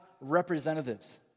representatives